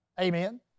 Amen